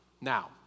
Now